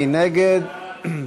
מי נגד?